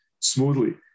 smoothly